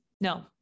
no